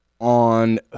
on